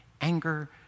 anger